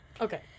Okay